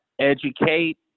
educate